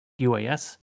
UAS